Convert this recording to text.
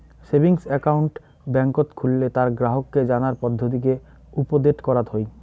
savings account বেংকত খুললে তার গ্রাহককে জানার পদ্ধতিকে উপদেট করাত হই